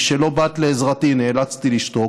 משלא באת לעזרתי, נאלצתי לשתוק.